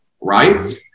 right